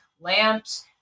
lamps